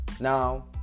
Now